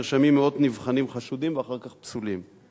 נרשמים מאות נבחנים חשודים ואחר כך פסולים.